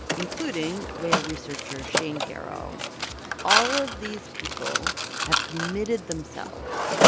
including whale researcher shane gero all of these people have committed themselves.